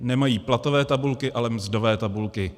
Nemají platové tabulky, ale mzdové tabulky.